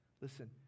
Listen